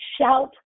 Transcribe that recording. shout